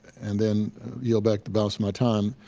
and then yield back the balance of my time.